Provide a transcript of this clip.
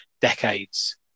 decades